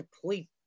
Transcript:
complete